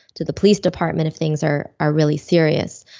to the police department if things are are really serious.